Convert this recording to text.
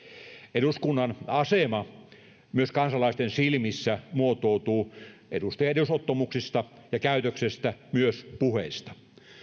eduskunnan asema myös kansalaisten silmissä muotoutuu edustajien edesottamuksista ja käytöksestä myös puheista